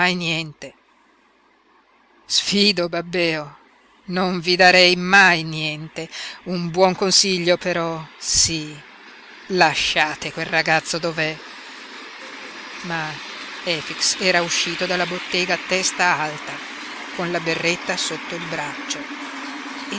mai niente sfido babbeo non vi darei mai niente un buon consiglio però sí lasciate quel ragazzo dov'è ma efix era uscito dalla bottega a testa alta con la berretta sotto il braccio